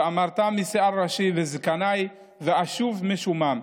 ואמרטה משער ראשי וזקני ואשבה משומם.